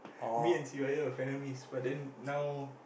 me and Sivaya were frenemies but then now